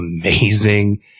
amazing